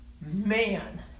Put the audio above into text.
man